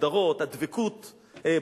ההגדרות של לוחם: הדבקות במשימה,